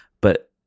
But-